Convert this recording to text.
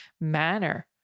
manner